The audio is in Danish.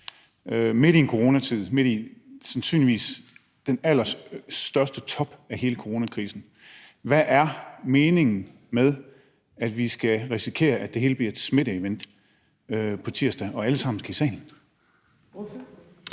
midt i en coronatid, på den sandsynligvis allerhøjeste top i hele coronakrisen. Hvad er meningen med, at vi skal risikere, at det bliver en smitteevent på tirsdag, når vi alle sammen skal i salen?